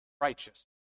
Righteous